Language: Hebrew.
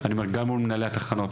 תשבו על מנהלי התחנות,